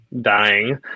dying